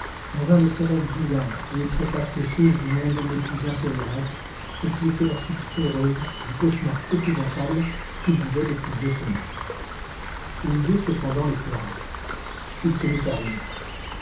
dans un de ces rêves bizarres où il se passe les choses du monde les plus incohérentes et qui était la suite heureuse du cauchemar épouvantable qu'il vivait depuis deux semaines une idée cependant l'effleura il se mit à rire